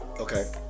Okay